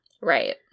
Right